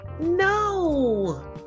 no